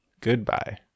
Goodbye